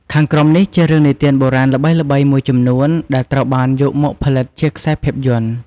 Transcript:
ខាងក្រោមនេះជារឿងនិទានបុរាណល្បីៗមួយចំនួនដែលត្រូវបានយកមកផលិតជាខ្សែភាពយន្ត។